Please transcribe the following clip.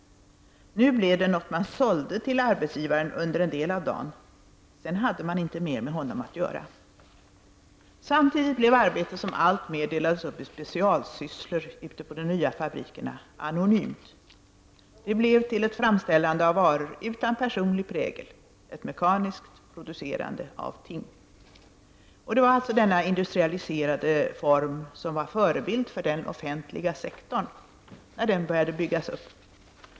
Nu blev det något man sålde till arbetsgivaren under en del av dagen, sedan hade man inte mer med honom att göra. Samtidigt blev arbetet, som alltmer delades upp i specialsysslor ute på de nya fabrikerna, anonymt. Det blev till ett framställande av varor utan personlig prägel, ett mekaniskt producerande av ting. Och det var alltså denna industrialiserade form som var förebild för den offentliga sektorn när den började byggas upp.